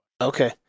Okay